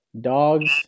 dogs